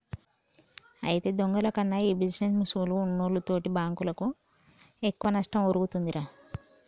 అయితే దొంగల కన్నా ఈ బిజినేస్ ముసుగులో ఉన్నోల్లు తోటి బాంకులకు ఎక్కువ నష్టం ఒరుగుతుందిరా